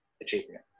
achievement